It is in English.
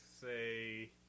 say